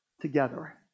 together